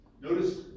Notice